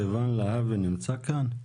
סיון להבי נמצא כאן?